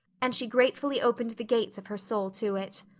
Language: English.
and she gratefully opened the gates of her soul to it.